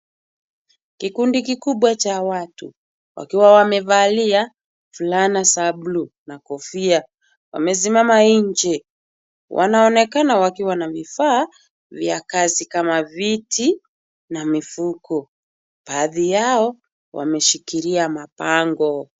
Kikundi kikubwa cha watu, wakiwa wamevalia fulana za buluu na kofia. Wamesimama nje. Wanaonekana wakiwa na vifaa vya kazi kama viti na mifuko. Baadhi yao wameshikilia mabango.